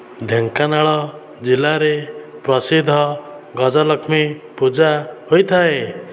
ଢେଙ୍କାନାଳ ଜିଲ୍ଲାରେ ପ୍ରସିଦ୍ଧ ଗଜଲକ୍ଷ୍ମୀ ପୂଜା ହୋଇଥାଏ